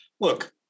Look